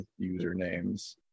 usernames